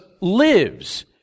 lives